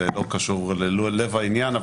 זה לא קשור ללב העניין,